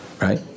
right